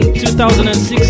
2006